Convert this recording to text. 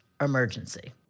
emergency